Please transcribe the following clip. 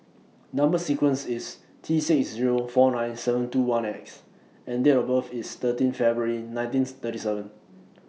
Number sequence IS T six Zero four nine seven two one X and Date of birth IS thirteen February nineteen thirty seven